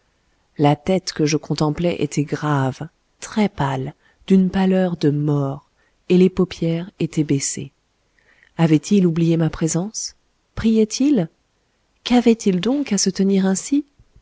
la tête que je contemplais était grave très pâle d'une pâleur de mort et les paupières étaient baissées avait-il oublié ma présence priait il qu'avait-il donc à se tenir ainsi